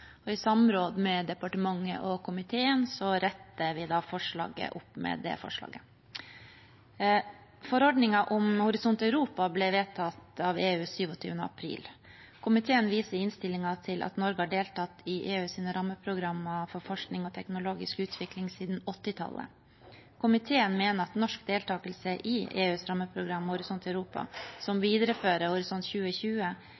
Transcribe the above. I samråd med departementet og komiteen retter vi det opp med dette forslaget. Forordningen om Horisont Europa ble vedtatt av EU 27. april. Komiteen viser i innstillingen til at Norge har deltatt i EUs rammeprogrammer for forskning og teknologisk utvikling siden 1980-tallet. Komiteen mener at norsk deltakelse i EUs rammeprogram Horisont Europa, som